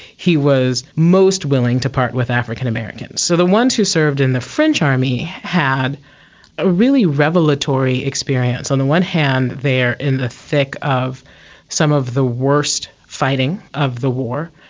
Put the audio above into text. he was most willing to part with african americans. so the ones who served in the french army had a really revelatory experience. on the one hand they are in the thick of some of the worst fighting of the war,